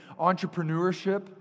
entrepreneurship